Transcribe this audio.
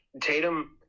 Tatum